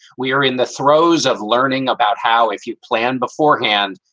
we are in the throes of learning about how if you plan beforehand,